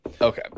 Okay